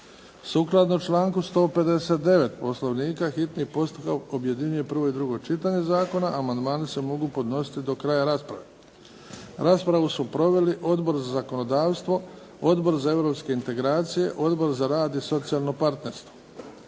Sukladno članku 159. Poslovnika hitni postupak objedinjuje prvo i drugo čitanje zakona. Amandmani se mogu podnositi do kraja rasprave. Raspravu su proveli Odbor za zakonodavstvo, Odbor za europske integracije, Odbor za rad i socijalno partnerstvo.